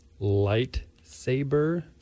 Lightsaber